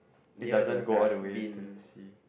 it doesn't go all the way into the sea